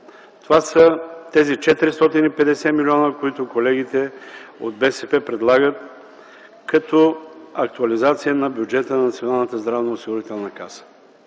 Това са тези 450 милиона, които колегите от БСП предлагат като актуализация на бюджета на